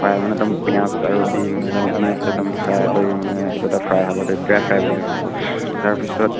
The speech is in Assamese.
ফ্ৰাই মানে একদম পিঁয়াজ আৰু দি মানে একদম ধুনীয়াছে একদম ফ্ৰাই কৰি মানে সেইটো এটা ফ্ৰাই হ'ব দে ড্ৰাই ফ্ৰাই বুলি কয় সেইটো তাৰপিছত